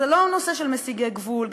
זה לא נושא של מסיגי גבול.